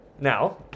Now